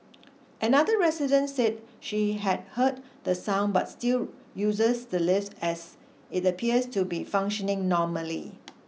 another resident said she had heard the sound but still uses the lift as it appears to be functioning normally